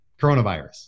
Coronavirus